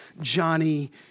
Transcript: Johnny